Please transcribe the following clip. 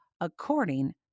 according